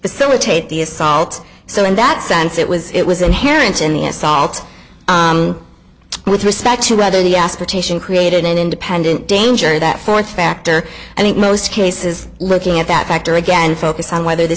facilitate the assault so in that sense it was it was inherent in the assault with respect to whether the asportation created an independent danger that fourth factor and most cases looking at that factor again focus on whether the